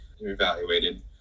evaluated